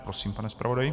Prosím, pane zpravodaji.